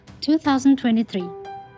2023